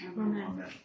Amen